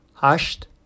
Hushed